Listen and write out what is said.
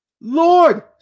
Lord